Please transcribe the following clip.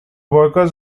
workers